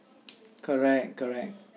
correct correct